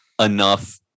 Enough